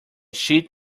sheet